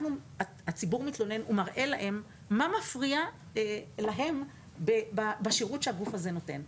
הציבור מתלונן והוא מראה להם מה מפריע לו בשירות שהגוף הזה נותן.